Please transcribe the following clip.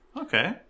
okay